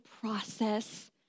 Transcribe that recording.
process